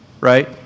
right